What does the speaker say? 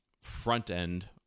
front-end